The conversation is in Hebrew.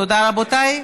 תודה, רבותיי.